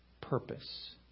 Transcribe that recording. purpose